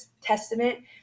testament